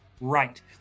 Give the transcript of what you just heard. right